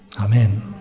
Amen